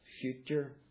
future